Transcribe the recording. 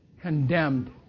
condemned